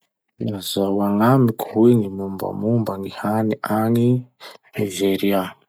Lazao agnamiko hoe gny mombamomba gny hany agny Nizeria?